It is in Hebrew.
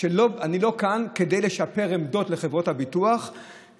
אני כאן לא כדי לשפר עמדות לחברות הביטוח,